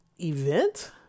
event